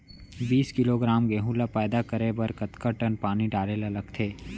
बीस किलोग्राम गेहूँ ल पैदा करे बर कतका टन पानी डाले ल लगथे?